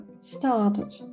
started